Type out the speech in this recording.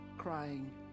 crying